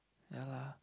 ya lah